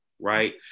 right